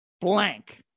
blank